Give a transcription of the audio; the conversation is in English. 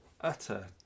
utter